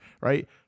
right